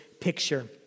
picture